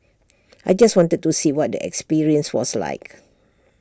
I just wanted to see what the experience was like